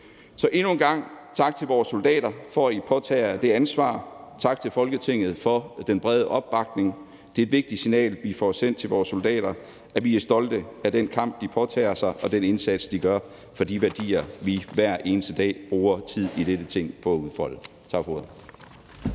Så endnu en gang tak til vores soldater for, at de påtager sig det ansvar, tak til Folketinget for den brede opbakning. Det er et vigtigt signal, vi får sendt til vores soldater, at vi er stolte af den kamp, de påtager sig, og den indsats, de gør, for de værdier, vi hver eneste dag bruger tid i dette Ting på at udfolde. Tak for ordet.